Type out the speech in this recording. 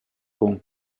con